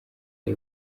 ari